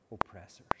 oppressors